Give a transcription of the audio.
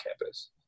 campus